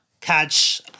catch